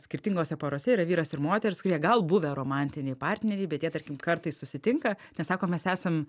skirtingose porose yra vyras ir moteris kurie gal buvę romantiniai partneriai bet jie tarkim kartais susitinka nes sako mes esam